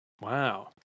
Wow